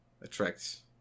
attracts